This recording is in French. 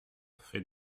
fait